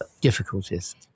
difficulties